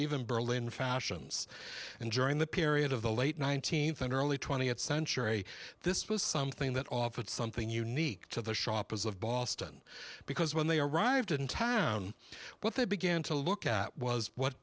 even berlin fashions and during the period of the late nineteenth and early twentieth century this was something that offered something unique to the shoppers of boston because when they arrived in town what they began to look at was what